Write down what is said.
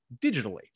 digitally